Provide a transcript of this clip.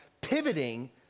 pivoting